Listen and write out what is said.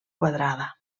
quadrada